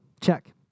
check